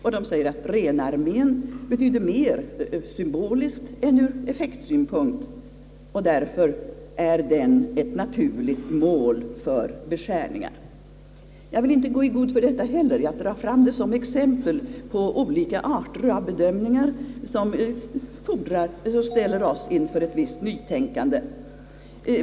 Rhenarmén betyder mer symboliskt än ur effektsynpunkt, och därför är den ett naturligt mål för beskärningar. Jag vill inte gå i god heller för detta; jag drar fram det som ett exempel på bedömningar som ställer oss inför ett visst nytänkande.